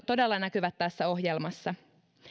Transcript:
todella näkyvät tässä ohjelmassa